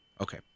Okay